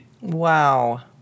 Wow